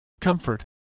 comfort